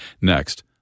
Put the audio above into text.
Next